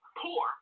poor